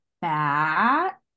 back